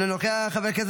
אינו נוכח.